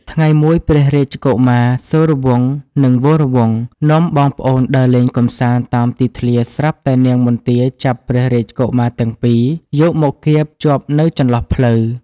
ថ្ងៃមួយ ព្រះរាជកុមារសូរវង្ស និងវរវង្ស នាំបងប្អូនដើរលេងកម្សាន្តតាមទីធ្លាស្រាប់តែនាងមន្ទាចាប់ព្រះរាជកុមារទាំងពីរ យកមកគាមជាប់នៅចន្លោះភ្លៅ។